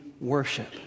worship